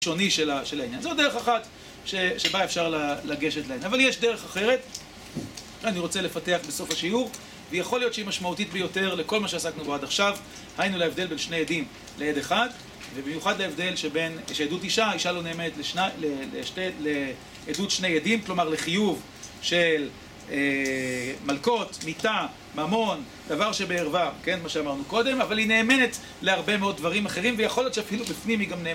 שוני של העניין. זו דרך אחת שבה אפשר לגשת לעניין. אבל יש דרך אחרת שאני רוצה לפתח בסוף השיעור, ויכול להיות שהיא משמעותית ביותר לכל מה שעסקנו בו עד עכשיו. היינו להבדל בין שני עדים לעד אחד, ובמיוחד להבדל שעדות אישה, אישה לא נאמנת לעדות שני עדים, כלומר לחיוב של מלקות, מיטה, ממון, דבר שבערווה, כן, מה שאמרנו קודם, אבל היא נאמנת להרבה מאוד דברים אחרים, ויכול להיות שאפילו בפנים היא גם נאמנת.